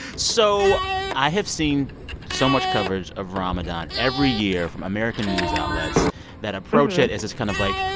so i have seen so much coverage of ramadan every year from american news outlets that approach it as this kind of like,